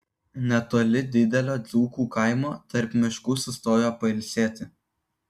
netoli didelio dzūkų kaimo tarp miškų sustojo pailsėti